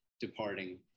departing